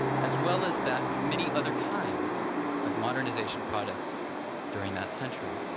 as well as that of many other kinds of modernization products during that century.